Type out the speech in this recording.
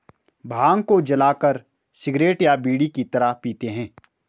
भांग को जलाकर सिगरेट या बीड़ी की तरह पीते हैं